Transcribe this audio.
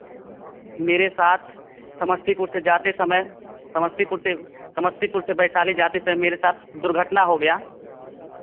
मेरे साथ समस्तीपुर से जाते समय समस्तीपुर से समस्तीपुर से वैशाली जाते थे मेरे साथ दुर्घटना हो गया